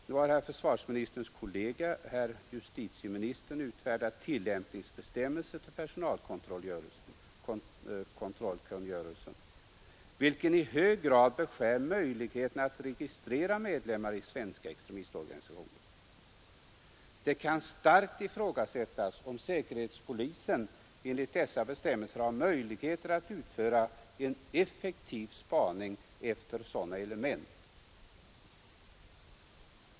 Nu har försvarsministerns kollega herr justitieministern utfärdat tillämpningsbestämmelser till personalkontrollkungörelsen, vilka i hög grad beskär möjligheten att registrera medlemmar i svenska extremistorganisationer. Det kan starkt ifrågasättas om säkerhetspolisen enligt dessa bestämmelser har möjligheter att utföra en effektiv spaning efter sådana element.